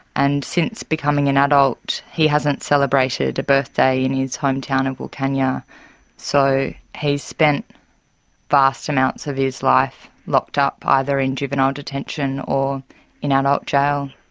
and since becoming an adult he hasn't celebrated a birthday in his hometown of wilcannia, so he has spent vast amounts of his life locked up, either in juvenile detention or in adult jail.